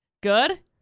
Good